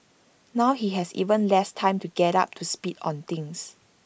now he has even less time to get up to speed on things